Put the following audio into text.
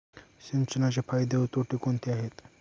सिंचनाचे फायदे व तोटे कोणते आहेत?